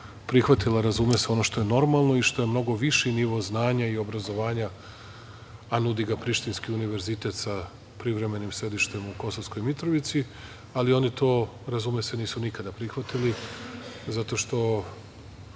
prihvatila, razume se ono što je normalno i što je mnogo viši nivo znanja i obrazovanja, a nudi ga Prištinski univerzitet sa privremenim sedištem u Kosovskoj Mitrovici. Oni to, razume se, nisu nikada prihvatili zato što